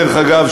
דרך אגב,